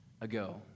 ago